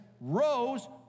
rose